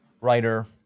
writer